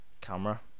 Camera